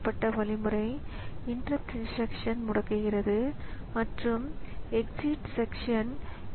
எனவே தற்போதைய instruction jump இன்ஸ்ட்ரக்ஷனாக இருக்கும் வரை அடுத்த மெமரி லாெக்கேஷனின் உள்ளடக்கத்தை அது பெறுகிறது